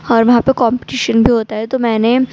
اور وہاں پہ کومپٹیشن بھی ہوتا ہے تو میں